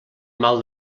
mal